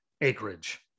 acreage